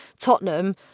Tottenham